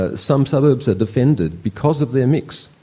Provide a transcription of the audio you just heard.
ah some suburbs are defended because of their mix,